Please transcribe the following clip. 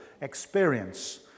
experience